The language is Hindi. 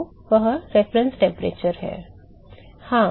तो वह संदर्भ तापमान है